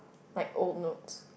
like old note